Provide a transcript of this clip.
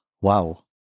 Wow